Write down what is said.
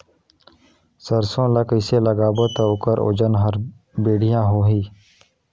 सरसो ला कइसे लगाबो ता ओकर ओजन हर बेडिया होही?